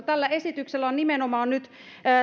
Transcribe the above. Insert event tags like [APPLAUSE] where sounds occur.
[UNINTELLIGIBLE] tällä esityksellä on nimenomaan nyt